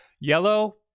yellow